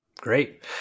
great